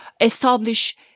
establish